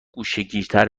گوشهگیرتر